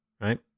right